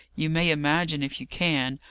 you may imagine, if you can,